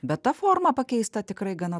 bet ta forma pakeista tikrai gana